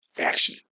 action